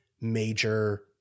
major